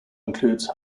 includes